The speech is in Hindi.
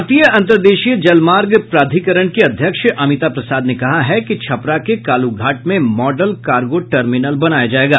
भारतीय अंतर्देशीय जलमार्ग प्राधिकरण की अध्यक्ष अमिता प्रसाद ने कहा है कि छपरा के कालू घाट में मॉडल कार्गो टर्मिनल बनाया जायेगा